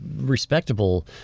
respectable